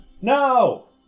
No